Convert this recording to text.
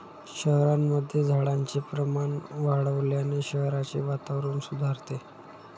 शहरांमध्ये झाडांचे प्रमाण वाढवल्याने शहराचे वातावरण सुधारते